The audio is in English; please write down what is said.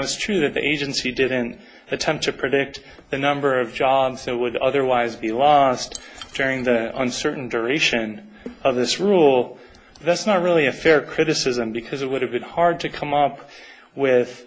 it's true that the agency didn't attempt to predict the number of john so would otherwise be lost during the uncertain duration of this rule that's not really a fair criticism because it would have been hard to come up with